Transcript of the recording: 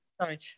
sorry